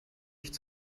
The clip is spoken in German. nicht